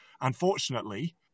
unfortunately